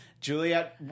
Juliet